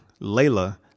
Layla